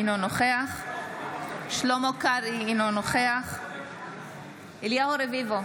אינו נוכח שלמה קרעי, אינו נוכח אליהו רביבו,